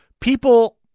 People